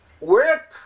work